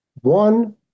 One